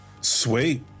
Sweet